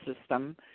system